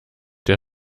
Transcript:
der